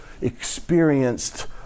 experienced